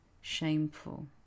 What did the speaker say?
shameful